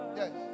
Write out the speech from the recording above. yes